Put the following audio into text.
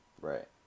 Right